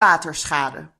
waterschade